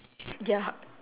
ya